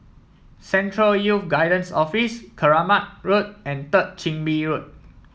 Central Youth Guidance Office Keramat Road and Third Chin Bee Road